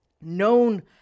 known